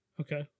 Okay